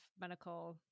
medical